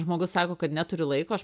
žmogus sako kad neturi laiko aš